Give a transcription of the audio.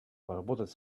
поработать